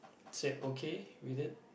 said okay with it